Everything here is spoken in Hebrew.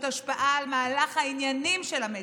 השפעה על מהלך העניינים של המדינה".